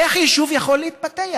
איך יישוב יכול להתפתח?